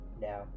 now